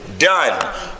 Done